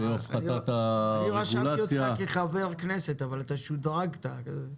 חבר הכנסת איתן